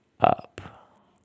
up